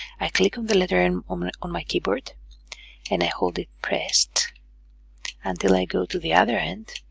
i click on the letter m um and on my keyboard and i hold it pressed until i go to the other end